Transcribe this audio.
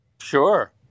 sure